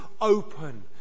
open